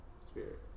Spirit